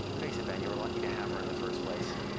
face it, ben. you were lucky to have her in the first place.